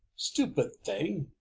stupid thing!